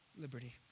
liberty